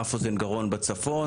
אף אוזן גרון בצפון.